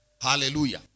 Hallelujah